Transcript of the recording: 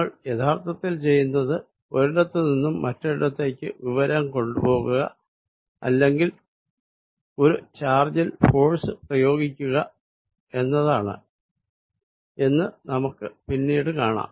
നിങ്ങൾ യഥാർത്ഥത്തിൽ ചെയ്യുന്നത് ഒരിടത്തു നിന്നും മറ്റൊരിടത്തേക്ക് വിവരം കൊണ്ടുപോകുക അല്ലെങ്കിൽ ഒരു ചാർജിൽ ഫോഴ്സ് പ്രയോഗിക്കുക എന്നത് ആണ് എന്ന് നമുക്ക് പിന്നീട് കാണാം